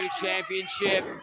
championship